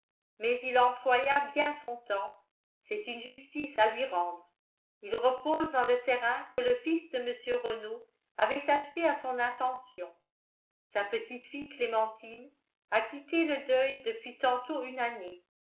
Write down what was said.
mais il employa bien son temps c'est une justice à lui rendre il repose dans le terrain que le fils de mr renault avait acheté à son intention sa petitefille clémentine a quitté le deuil depuis tantôt une année